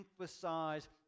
emphasize